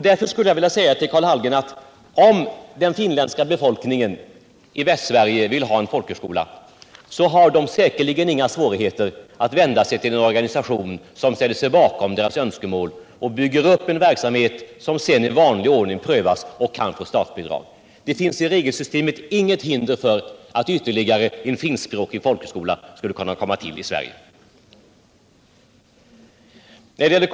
Därför skulle jag vilja säga till Karl Hallgren att om den finländska befolkningen i Västsverige vill ha en folkhögskola så har den säkerligen inga svårigheter att vända sig till en organisation som ställer sig bakom önskemålet och bygger upp en verksamhet som sedan i vanlig ordning prövas och kan få statsbidrag. Det finns i regelsystemet inget hinder för att ytterligare en finskspråkig folkhögskola skulle kunna komma till stånd i Sverige.